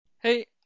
Hey